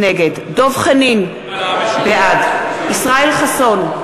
נגד דב חנין, בעד ישראל חסון,